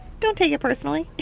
don't take it personally.